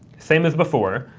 same as before,